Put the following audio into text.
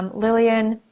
lillian